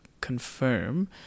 confirm